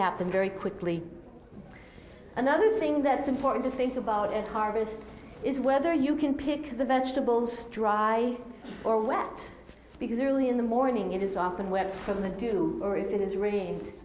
happen very quickly another thing that's important to think about and harvest is whether you can pick the vegetables dry or wet because early in the morning it is often where from do or if it is rain